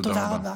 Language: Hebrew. תודה רבה.